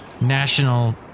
national